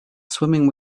swimming